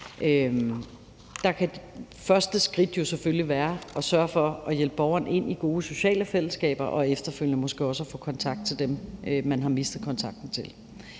kan selvfølgelig være at sørge for at hjælpe borgeren ind i gode sociale fællesskaber og efterfølgende måske også få kontakt til dem, man har mistet kontakten til.